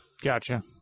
Gotcha